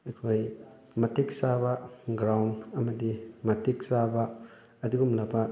ꯑꯩꯈꯣꯏ ꯃꯇꯤꯛ ꯆꯥꯕ ꯒ꯭ꯔꯥꯎꯟ ꯑꯃꯗꯤ ꯃꯇꯤꯛ ꯆꯥꯕ ꯑꯗꯨꯒꯨꯝꯂꯕ